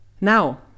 now